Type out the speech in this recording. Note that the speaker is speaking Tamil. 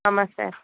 ஆமாம் சார்